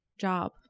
job